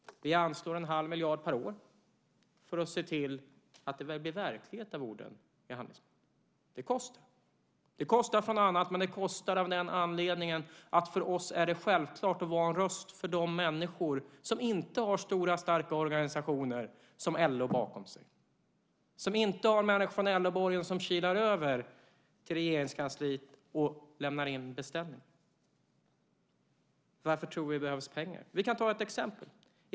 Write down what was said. Vi anslår en halv miljard per år för att se till att det blir verklighet av orden i handlingsplanen. Det kostar. Det kostar från annat, men det kostar av den anledningen att för oss är det självklart att vara en röst för de människor som inte har stora starka organisationer som LO bakom sig, som inte har människor från LO-borgen som kilar över till Regeringskansliet och lämnar in beställningar. Varför tror vi att det behövs pengar? Vi kan ta ett exempel.